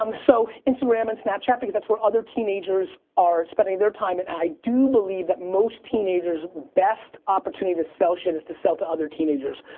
um so instagram and snapchat because that's where other teenagers are spending their time and i do believe that most teenagers best opportunity to sell shit is to sell to other teenagers.